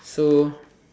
so